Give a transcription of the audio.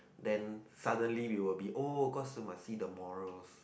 then suddenly we will be oh cause must see the morals